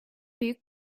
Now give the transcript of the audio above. büyük